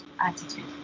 attitude